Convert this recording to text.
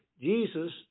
Jesus